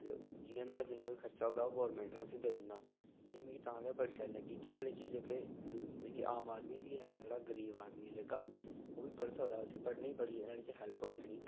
ते जि'यां नुआढ़ा जिन्ना बी खर्चा होगा ओह् गौरमैंट ने उसी देई ओड़ना एह् मिगी तां गै बड़ी शैल लग्गी कि न्हाड़े च जेह्के जेह्के आम आदमी बी ऐ जेह्ड़ा गरीब आदमी ऐ जेह्का ओह् बी पढ़ी सकदा उसी पढ़ने च नुआढ़ी हेल्प होई जानी